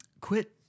quit